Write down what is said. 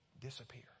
Disappear